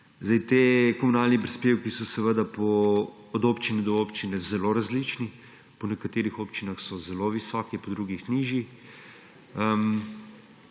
Ti komunalni prispevki so seveda od občine do občine zelo različni. Po nekaterih občinah so zelo visoki, pri drugih nižji.